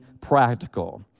practical